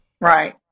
Right